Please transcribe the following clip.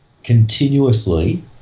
continuously